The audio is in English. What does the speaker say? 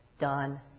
Done